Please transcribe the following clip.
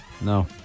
no